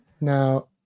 Now